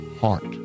heart